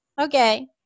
okay